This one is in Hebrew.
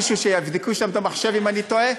מישהו, שיבדקו שם במחשב אם אני טועה.